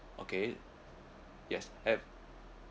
okay yes have